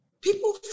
People